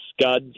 scuds